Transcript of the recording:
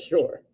Sure